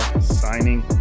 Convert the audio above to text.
signing